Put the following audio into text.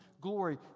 glory